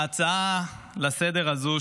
ההצעה לסדר-היום הזו,